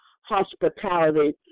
hospitality